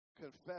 confess